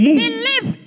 believe